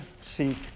seek